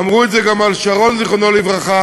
ואמרו את זה גם על שרון, זיכרונו לברכה,